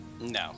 No